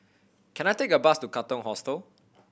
can I take a bus to Katong Hostel